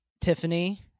Tiffany